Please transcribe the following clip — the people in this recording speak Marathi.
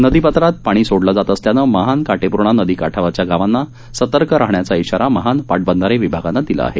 नदीपात्रात पाणी सोडलं जात असल्यानं महान काटेपूर्णा नदी काठावरच्या गावांना सतर्क राहण्याचा इशारा महान पाटबंधारे विभागानं दिला आहे